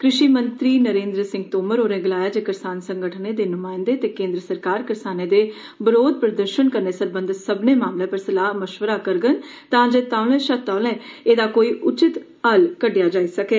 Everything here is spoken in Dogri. कृषि मंत्री नरेन्द्र सिंह तोमर होरें गलाया जे करसान संगठनें दे नुमाइंदे ते केन्द्र सरकार करसानें दे बरोध प्रदर्षन कन्नै सरबंधत सब्भनें मामलें पर सलाह् मशवरा करड़न तांजे तौले शा तौले एहदा कोई उचित हल कड्डेआ जाई सकै